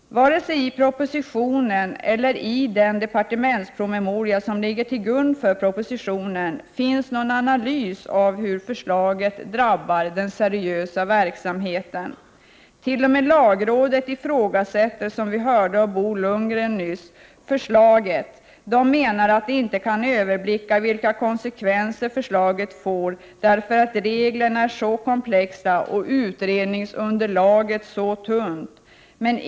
Varken i propositionen eller i den departementspromemoria som ligger till grund för propositionen finns det någon analys av hur förslaget drabbar den seriösa verksamheten. St Som vi nyss hörde av Bo Lundgren ifrågasätter t.o.m. lagrådet förslagets riktighet. Man menar att det inte går att överblicka vilka konsekvenser förslaget får, eftersom reglerna är så komplexa och utredningsunderlaget så tunt.